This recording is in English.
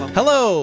Hello